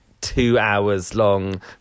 two-hours-long